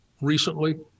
recently